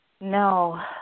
No